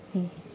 ம்